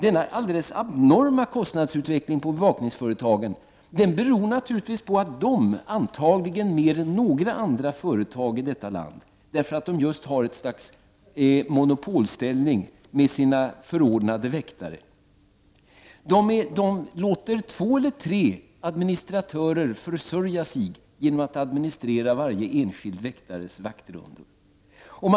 Denna alldeles abnorma kostnadsutveckling när det gäller bevakningsföretagen beror naturligtvis på att dessa företag — antagligen i större utsträckning än några andra företag i landet, därför att de har något slags monopolställning med sina förordnade väktare — låter två eller tre administratörer försörja sig genom att administrera varje enskild väktares vaktrundor.